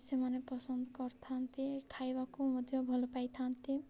ସେମାନେ ପସନ୍ଦ କରିଥାନ୍ତି ଖାଇବାକୁ ମଧ୍ୟ ଭଲ ପାଇଥାନ୍ତି